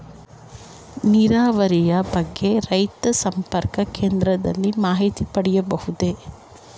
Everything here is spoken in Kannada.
ನೀರಾವರಿಯ ಬಗ್ಗೆ ರೈತ ಸಂಪರ್ಕ ಕೇಂದ್ರದಲ್ಲಿ ಮಾಹಿತಿ ಪಡೆಯಬಹುದೇ?